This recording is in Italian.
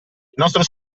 nostro